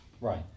right